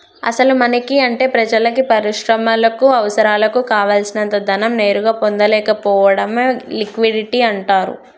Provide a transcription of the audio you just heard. అసలు మనకి అంటే ప్రజలకు పరిశ్రమలకు అవసరాలకు కావాల్సినంత ధనం నేరుగా పొందలేకపోవడమే లిక్విడిటీ అంటారు